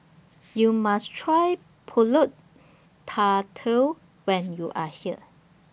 YOU must Try Pulut Tatal when YOU Are here